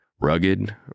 Rugged